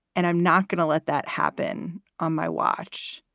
and i'm not going to let that happen on my watch.